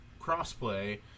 crossplay